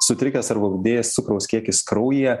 sutrikęs arba padidėjęs cukraus kiekis kraujyje